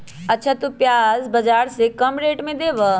अच्छा तु प्याज बाजार से कम रेट में देबअ?